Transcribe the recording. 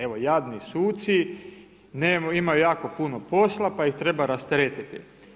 Evo jadni suci, imaju jako puno posla pa ih treba rasteretiti.